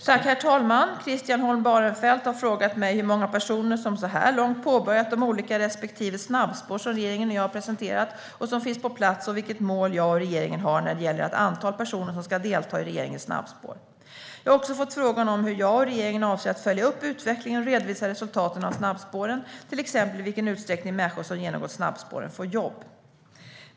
Herr talman! Christian Holm Barenfeld har frågat mig hur många personer som så här långt påbörjat de olika respektive snabbspår som regeringen och jag har presenterat och som finns på plats och vilket mål jag och regeringen har när det gäller det antal personer som ska delta i regeringens snabbspår. Jag har också fått frågan om hur jag och regeringen avser att följa upp utvecklingen och redovisa resultaten av snabbspåren, till exempel i vilken utsträckning människor som genomgått snabbspåren får jobb.